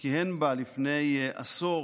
כיהן בה, לפני עשור,